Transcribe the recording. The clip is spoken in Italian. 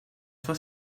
sua